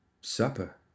Supper